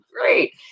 great